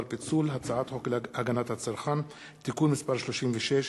פיצול הצעת חוק הגנת הצרכן (תיקון מס' 36)